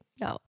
No